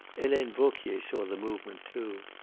helene vauquier saw the movement too.